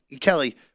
Kelly